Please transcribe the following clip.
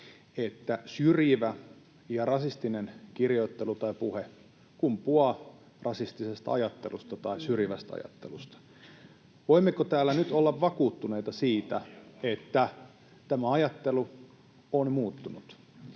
että syrjivä ja rasistinen kirjoittelu tai puhe kumpuaa rasistisesta ajattelusta tai syrjivästä ajattelusta. Voimmeko täällä nyt olla vakuuttuneita siitä, että tämä ajattelu on muuttunut